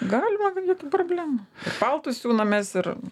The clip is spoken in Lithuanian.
galima jokių problemų ir paltus siūnam mes ir